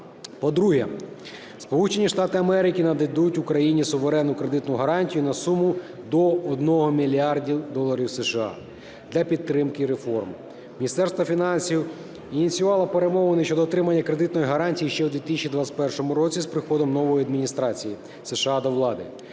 Америки нададуть Україні суверенну кредитну гарантію на суму до 1 мільярду доларів США для підтримки реформ. Міністерство фінансів ініціювало перемовини щодо отримання кредитної гарантії ще в 2021 році з приходом нової адміністрації США до влади.